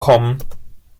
kommen